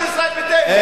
של ישראל ביתנו,